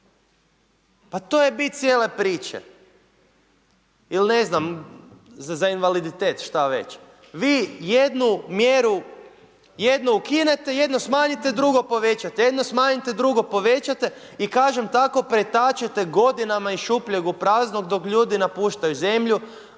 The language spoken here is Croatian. Pa to je bit cijele priče. Ili ne znam, za invaliditet, šta već. Vi jednu mjeru, jednu ukinete, jedno smanjite, drugo povećate. I kažem, tako pretačete godinama iz šupljeg u prazno dok ljudi napuštaju zemlju,